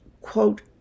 quote